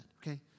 okay